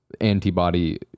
antibody